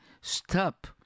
stop